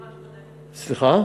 סליחה?